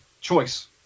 choice